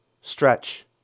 stretch